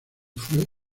fue